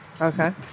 Okay